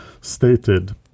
stated